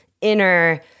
inner